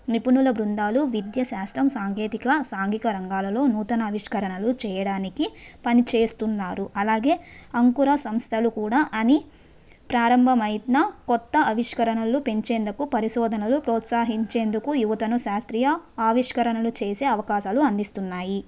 నిపుణుల బృందాలు విద్యా శాస్త్రం సాంకేతిక సాంఘిక రంగాలలో నూతన ఆవిష్కరణలు చేయడానికి పనిచేస్తున్నారు అలాగే అంకుర సంస్థలు కూడా అని ప్రారంభమైన కొత్త ఆవిష్కరణలు పెంచేందుకు పరిశోధనలు ప్రోత్సహించేందుకు యువతను శాస్త్రీయ ఆవిష్కరణలు చేసే అవకాశాలు అందిస్తున్నాయి